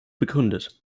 begründet